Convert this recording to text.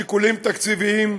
שיקולים תקציביים,